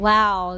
Wow